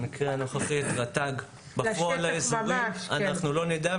במקרה הנוכחי את רט"ג, אנחנו לא נדע.